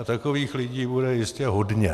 A takových lidí bude jistě hodně.